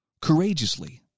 courageously